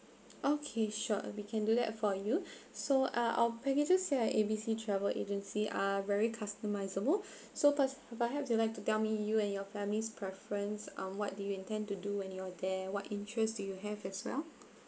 okay sure we can do that for you so uh our packages here at A B C travel agency are very customisable so per~ perhaps you'd like to tell me you and your family's preference um what do you intend to do when you're there what interest do you have as well